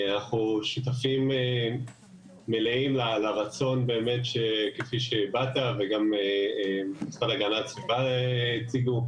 אנחנו שותפים מלאים לרצון שכפי שהבעת וכפי שמשרד להגנת הסביבה הציגו,